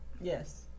yes